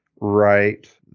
right